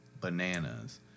bananas